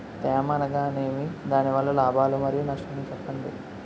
తేమ అనగానేమి? దాని వల్ల లాభాలు మరియు నష్టాలను చెప్పండి?